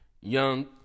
Young